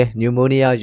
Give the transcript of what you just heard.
Pneumonia